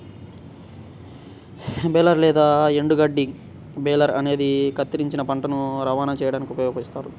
baler లేదా ఎండుగడ్డి baler అనేది కత్తిరించిన పంటను రవాణా చేయడానికి ఉపయోగిస్తారు